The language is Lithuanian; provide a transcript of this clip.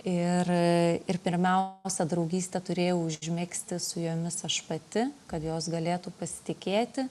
ir ir pirmiausia draugystę turėjau užmegzti su jomis aš pati kad jos galėtų pasitikėti